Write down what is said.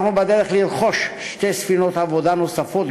אנחנו בדרך לרכישת שתי ספינות עבודה נוספות,